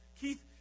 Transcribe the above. Keith